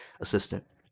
assistant